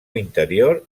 interior